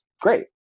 great